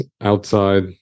outside